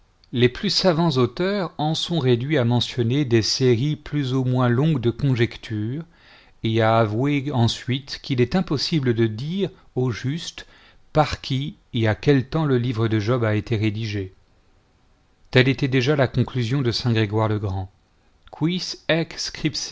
les plus savants auteurs en sont réduits à mentionner des séries plus ou moins longues de conjectures et à avouer ensuite qu il est impossible de dire v juste par qui et à quel temps le livre de job a été rédigé telle était déjà la conclusion de